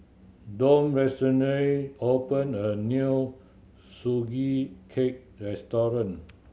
Donn recently opened a new Sugee Cake restaurant